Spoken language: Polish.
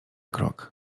krok